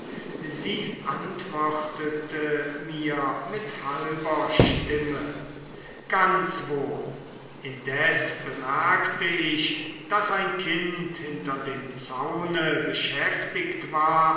sie antwortete mir mit halber stimme ganz wohl indes bemerkte ich daß ein kind hinter dem zaune beschäftigt war